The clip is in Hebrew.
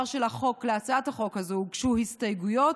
להצעת החוק הזאת הוגשו הסתייגויות,